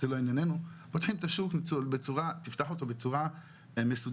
פותחים את השוק בצורה מסודרת.